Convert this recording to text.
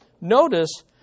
Notice